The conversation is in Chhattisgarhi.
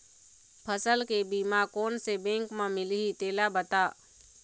फसल के बीमा कोन से बैंक म मिलही तेला बता?